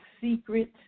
secret